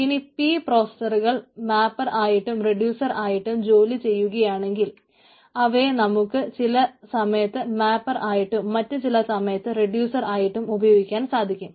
ഇനി p പ്രോസസറുകൾ mapper ആയിട്ടും റെഡ്യൂസർ ആയിട്ടും ജോലി ചെയ്യുകയാണെങ്കിൽ അവയെ നമുക്ക് ചില സമയത്ത് മാപ്പർ ആയിട്ടും മറ്റു ചില സമയത്ത് റെഡ്യൂസർ ആയിട്ടും ഉപയോഗിക്കാൻ സാധിക്കും